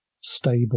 stable